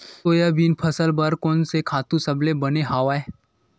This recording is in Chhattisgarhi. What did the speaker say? सोयाबीन फसल बर कोन से खातु सबले बने हवय?